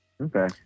Okay